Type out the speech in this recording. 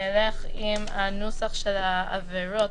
נלך עם הנוסח של העבירות,